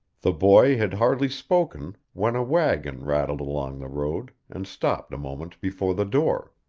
the boy had hardly spoken when a wagon rattled along the road, and stopped a moment before the door.